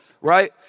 right